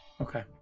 Okay